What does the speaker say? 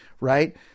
Right